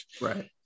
Right